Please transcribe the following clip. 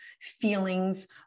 feelings